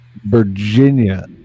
Virginia